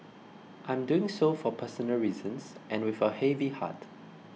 I am doing so for personal reasons and with a heavy heart